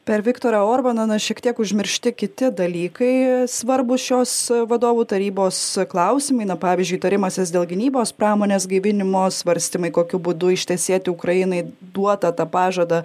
per viktorą orbaną na šiek tiek užmiršti kiti dalykai svarbūs šios vadovų tarybos klausimai na pavyzdžiui tarimasis dėl gynybos pramonės gaivinimo svarstymai kokiu būdu ištesėti ukrainai duotą tą pažadą